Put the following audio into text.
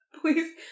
Please